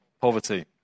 poverty